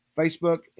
facebook